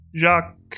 Jacques